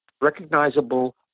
recognizable